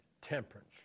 temperance